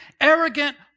arrogant